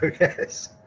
yes